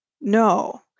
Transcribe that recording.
no